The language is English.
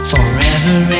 Forever